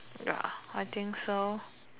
ya I think so